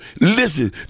Listen